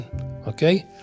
okay